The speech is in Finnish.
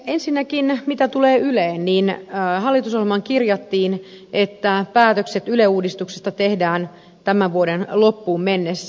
ensinnäkin mitä tulee yleen niin hallitusohjelmaan kirjattiin että päätökset yle uudistuksesta tehdään tämän vuoden loppuun mennessä